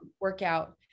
workout